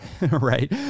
right